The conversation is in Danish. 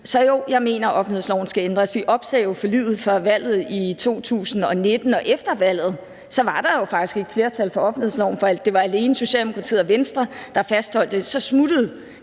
Så jo, jeg mener, at offentlighedsloven skal ændres. Vi opsagde jo forliget før valget i 2019, og efter valget var der faktisk ikke flertal for offentlighedsloven, for det var alene Socialdemokratiet og Venstre, der fastholdt det. Men så smuttede